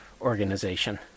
organization